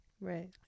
Right